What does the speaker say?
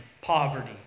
poverty